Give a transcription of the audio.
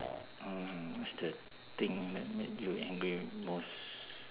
mm what's the thing that made you angry most